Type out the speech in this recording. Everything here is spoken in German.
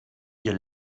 ihr